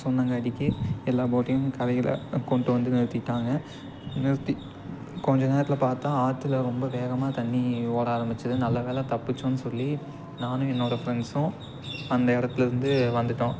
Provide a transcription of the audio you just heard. சொன்னங்காட்டிக்கு எல்லா போட்டையும் கரையில் கொண்டு வந்து நிறுத்திவிட்டாங்க நிறுத்தி கொஞ்ச நேரத்தில் பார்த்தா ஆற்றுல ரொம்ப வேகமாக தண்ணி ஓட ஆரம்பித்தது நல்ல வேளை தப்பித்தோனு சொல்லி நானும் என்னோடய ஃப்ரெட்ண்ஸும் அந்த இடத்துல இருந்து வந்துவிட்டோம்